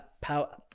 power